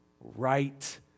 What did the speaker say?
Right